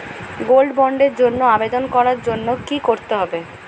Gold বন্ডের জন্য আবেদন করার জন্য কি করতে হবে?